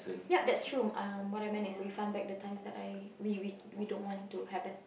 yep that's true uh what I meant is refund back the times that I we we don't want to happen